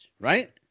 right